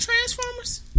Transformers